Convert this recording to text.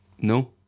No